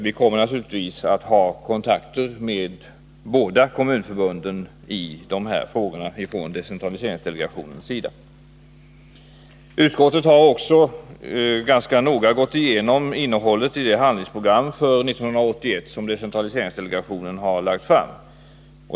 Vi kommer naturligtvis att ha kontakter med de båda kommunförbunden i dessa frågor från decentraliseringsdelegationens sida. Utskottet har också ganska noggrant gått igenom innehållet i det handlingsprogram för 1981 som decentraliseringsdelegationen lagt fram.